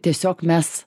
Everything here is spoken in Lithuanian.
tiesiog mes